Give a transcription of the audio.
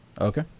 Okay